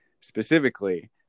specifically